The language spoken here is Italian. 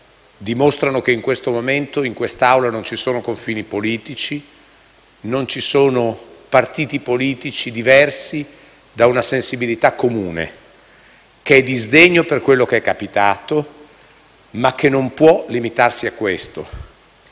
dimostrano che in questo momento in quest'Assemblea non ci sono confini politici e non ci sono partiti politici diversi da una sensibilità comune che è disdegno per quello che è capitato, ma che non può limitarsi a questo.